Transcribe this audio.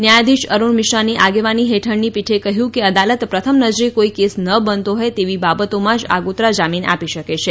ન્યાયાધિશ અરૃણ મિશ્રાની આગેવાની હેઠળની પીઠે કહ્યું કે અદાલત પ્રથમ નજરે કોઇ કેસ ન બનતો હોય તેવી બાબતોમાં જ આગોતરા જામીન આપી શકે છે